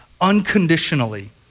unconditionally